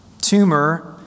tumor